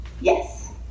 Yes